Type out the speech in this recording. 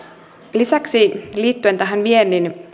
lisäksi liittyen tähän viennin